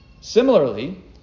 Similarly